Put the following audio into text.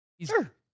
Sure